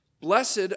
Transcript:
Blessed